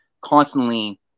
constantly